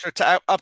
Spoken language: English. up